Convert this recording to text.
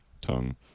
tongue